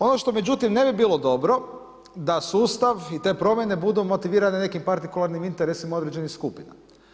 Ono što međutim ne bi bilo dobro da sustav i te promjene budu motivirane nekim partikularnim interesima određenih skupina.